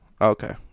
Okay